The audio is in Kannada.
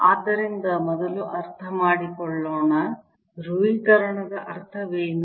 ಆದ್ದರಿಂದ ಮೊದಲು ಅರ್ಥಮಾಡಿಕೊಳ್ಳೋಣ ಧ್ರುವೀಕರಣದ ಅರ್ಥವೇನು